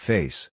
Face